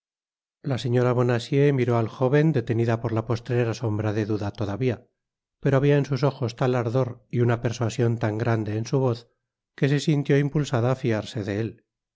la señora bonacieux miró al jóven detenida por la postrera sombra de duda todavia pero habia en sus ojos tal ardor y una persuasion tan grande en su voz que se sintió impulsada á fiarse de él